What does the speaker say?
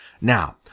Now